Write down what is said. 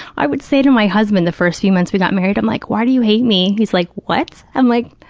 i would say to my husband the first few months we got married, i'm like, why do you hate me? he's like, what? i'm like,